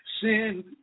Sin